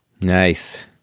Nice